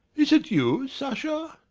is it you, sasha?